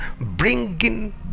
bringing